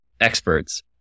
experts